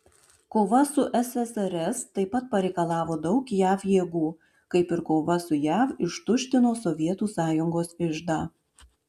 kova su ssrs taip pat pareikalavo daug jav jėgų kaip ir kova su jav ištuštino sovietų sąjungos iždą